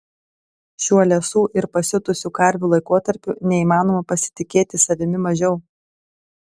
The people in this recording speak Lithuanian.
šiuo liesų ir pasiutusių karvių laikotarpiu neįmanoma pasitikėti savimi mažiau